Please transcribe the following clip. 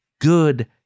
good